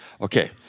Okay